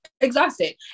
Exhausted